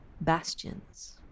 bastions